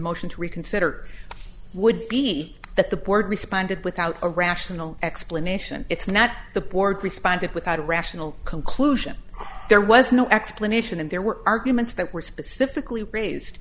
motion to reconsider would be that the board responded without a rational explanation it's not the board responded without a rational conclusion there was no explanation and there were arguments that were specifically raised